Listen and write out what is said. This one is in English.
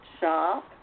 shop